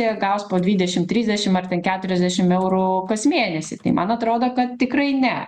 i gaus po dvidešim trisdešim ar ten keturiasdešim eurų kas mėnesį tai man atrodo kad tikrai ne